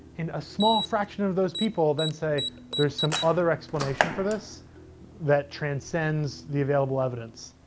and a small fraction of those people then say there's some other explanation for this that transcends the available evidence.